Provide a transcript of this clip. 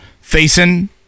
facing